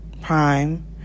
Prime